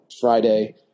Friday